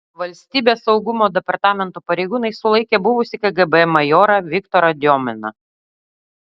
valstybės saugumo departamento pareigūnai sulaikė buvusį kgb majorą viktorą diominą